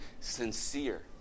sincere